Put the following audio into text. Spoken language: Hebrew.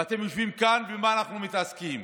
ואתם יושבים כאן, ובמה אנחנו מתעסקים?